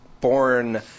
Born